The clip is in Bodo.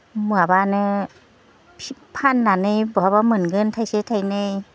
माबानो फाननानै बहाबा मोनगोन थाइसे थाइनै